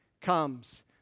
comes